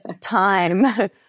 time